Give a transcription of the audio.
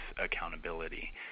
Accountability